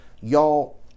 Y'all